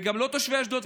וגם לא את תושבי אשדוד,